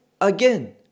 again